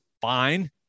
fine